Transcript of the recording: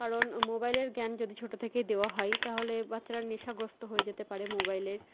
কারণ মোবাইলের জ্ঞান যদি ছোটো থেকে দেওয়া হয় তাহলে বাচ্চারা নেশাগ্রস্ত হয়ে যেতে পারে মোবাইলের